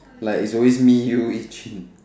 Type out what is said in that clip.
like it's always me you each in